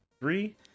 Three